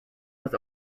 was